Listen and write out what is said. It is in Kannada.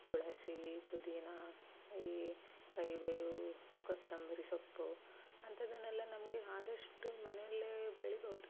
ತುಳಸಿ ಪುದೀನಾ ಈ ಕರಿಬೇವು ಕೊತ್ತಂಬರಿ ಸೊಪ್ಪು ಅಂಥದ್ದನ್ನೆಲ್ಲ ನಮಗೆ ಆದಷ್ಟು ಮನೆಯಲ್ಲೇ ಬೆಳಿಬೋದು